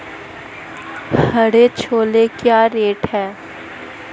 हरे छोले क्या रेट हैं?